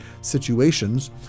situations